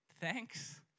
thanks